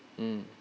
mm